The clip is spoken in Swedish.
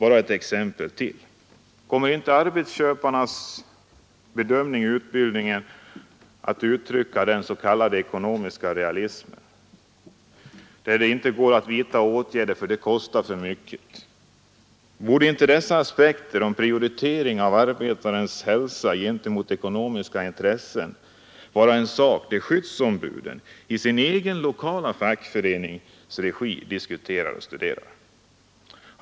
Bara ett exempel till: Kommer inte arbetsköparna att i sin bedömning trycka på den s.k. ekonomiska realism som hävdar: ”Det går inte att vidta åtgärder för de kostar för mycket”? Borde inte dessa aspekter om prioritering av arbetarens hälsa gentemot ekonomiska intressen vara något som skyddsombuden i sin egen lokala fackförenings regi diskuterar och studerar?